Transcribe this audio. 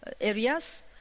areas